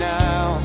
now